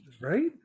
Right